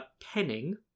penning